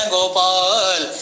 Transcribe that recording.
Gopal